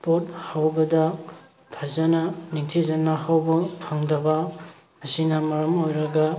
ꯄꯣꯠ ꯍꯧꯕꯗ ꯐꯖꯅ ꯅꯤꯡꯊꯤꯖꯅ ꯍꯧꯕ ꯐꯪꯗꯕ ꯑꯁꯤꯅ ꯃꯔꯝ ꯑꯣꯏꯔꯒ